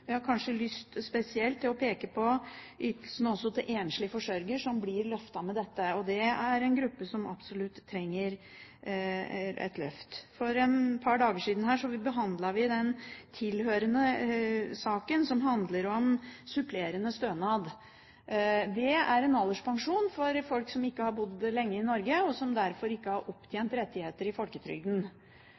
til enslige forsørgere blir løftet med dette. Enslige forsørgere er en gruppe som absolutt trenger et løft. For et par dager siden behandlet vi den tilhørende saken, om supplerende stønad. Det er en alderspensjon for folk som ikke har bodd lenge i Norge, og som derfor ikke har opptjent rettigheter i folketrygden.